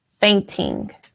fainting